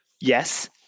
yes